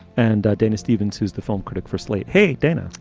and dana stevens, who's the film critic for slate. hey, dana.